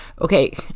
okay